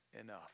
enough